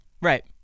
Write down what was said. Right